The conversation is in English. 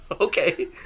Okay